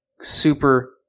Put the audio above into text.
Super